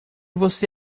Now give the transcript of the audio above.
você